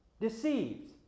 deceived